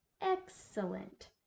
excellent